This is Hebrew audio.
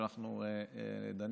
כשאנחנו דנים.